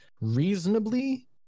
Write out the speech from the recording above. Reasonably